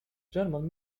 german